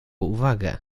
uwagę